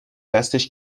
دستش